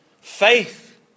faith